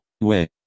Ouais